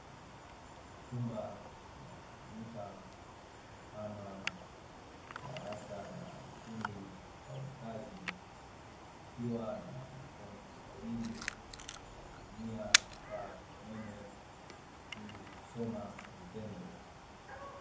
Chumba kinachotumika kama darasa la ufundi stadi kazi, kikiwa na wanafunzi wawili, wakitumia kifaa cha umeme ili kusoma kwa vitendo.